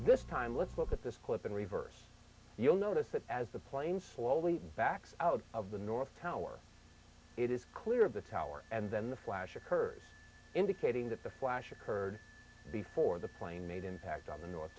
this time let's look at this clip in reverse you'll notice that as the plane slowly backs out of the north tower it is clear of the tower and then the flash occurred indicating that the flash occurred before the plane made impact on the north